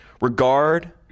Regard